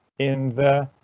in the.